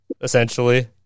Essentially